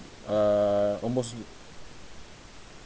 err almost